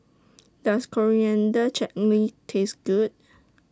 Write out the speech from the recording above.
Does Coriander Chutney Taste Good